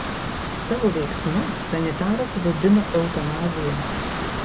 savo veiksmus sanitaras vadino eutanazija